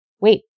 Wait